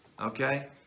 Okay